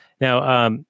now